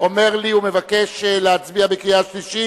אומר לי ומבקש להצביע בקריאה השלישית,